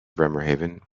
bremerhaven